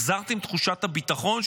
החזרתם את תחושת הביטחון,